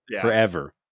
forever